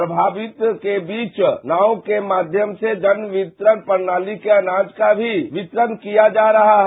प्रमावित के बीच नावों के माध्यम से जन वितरण प्रणाली के अनाज का भी वितरण किया जा ज्ञा है